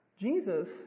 Jesus